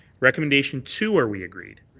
recommendation two, are we agreed?